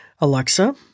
Alexa